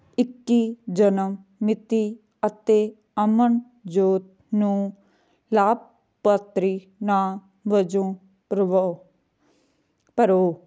ਇੱਕੀ ਜਨਮ ਮਿਤੀ ਅਤੇ ਅਮਨਜੋਤ ਨੂੰ ਲਾਭਪਾਤਰੀ ਨਾਂ ਵਜੋਂ ਪ੍ਰਵੋ ਭਰੋ